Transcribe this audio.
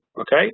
okay